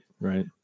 right